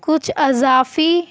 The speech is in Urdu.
کچھ اضافی